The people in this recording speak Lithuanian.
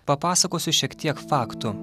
papasakosiu šiek tiek faktų